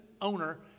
owner